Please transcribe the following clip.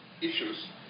issues